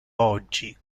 oggi